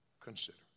consider